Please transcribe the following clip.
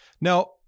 Now